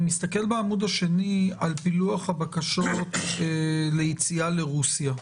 אני מסתכל בעמוד השני על פילוח הבקשות ליציאה לרוסיה.